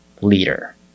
leader